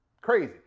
Crazy